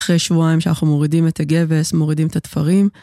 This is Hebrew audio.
אחרי שבועיים שאנחנו מורידים את הגבס, מורידים את התפרים.